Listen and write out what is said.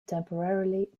temporarily